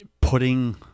putting